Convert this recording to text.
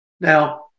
Now